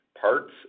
parts